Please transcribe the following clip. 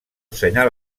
senyal